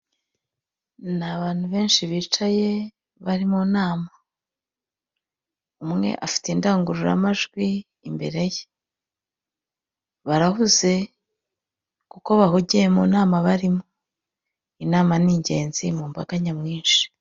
Ni abantu benshi bicaye bari mu nama. Umwe afite indangururamajwi imbere ye. Barahuze kuko bahugiye mu nama barimo, inama ni ingenzi mu mbaga nyamwinshi.